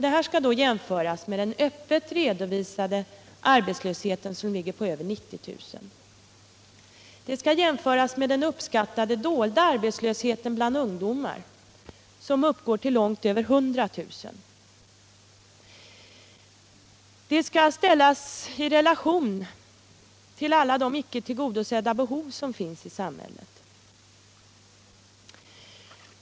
Detta skall jämföras med den öppet redovisade arbetslösheten som ligger på över 90 000 och med den uppskattade dolda arbetslösheten bland ungdomar som uppgår till långt över 100 000. Det skall också ställas i relation till alla de icke tillgodosedda behov som finns i samhället.